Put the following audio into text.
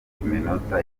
iminota